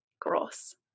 gross